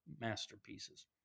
Masterpieces